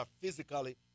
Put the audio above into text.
physically